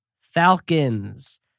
Falcons